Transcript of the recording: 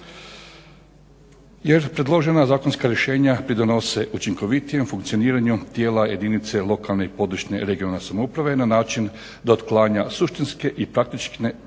jer predložena zakonska rješenja pridonose učinkovitijem funkcioniranju tijela jedinice i područne (regionalne) samouprave na način da otklanja suštinske i praktične naravi